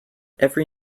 every